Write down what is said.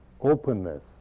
openness